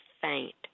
faint